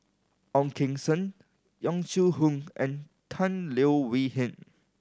Ong Keng Sen Yong Shu Hoong and Tan Leo Wee Hin